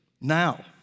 now